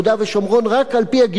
רק על-פי הגידול הטבעי,